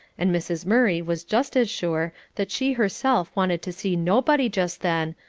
and mrs. murray was just as sure that she herself wanted to see nobody just then,